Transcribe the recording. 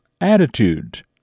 attitude